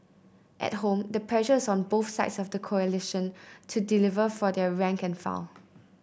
at home the pressure is on both sides of the coalition to deliver for their rank and file